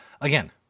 again